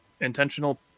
intentional